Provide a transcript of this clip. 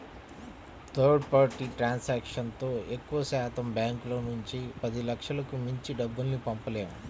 third party ట్రాన్సాక్షన్తో ఎక్కువశాతం బ్యాంకుల నుంచి పదిలక్షలకు మించి డబ్బుల్ని పంపలేము